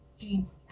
jeans